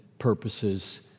purposes